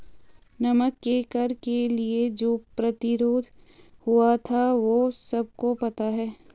नमक के कर के लिए जो प्रतिरोध हुआ था वो सबको पता है